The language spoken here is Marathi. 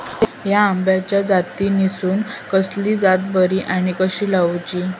हया आम्याच्या जातीनिसून कसली जात बरी आनी कशी लाऊची?